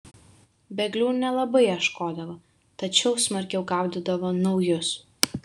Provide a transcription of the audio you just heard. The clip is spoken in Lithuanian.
bėglių nelabai ieškodavo tačiau smarkiau gaudydavo naujus